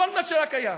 כל מה שרק היה.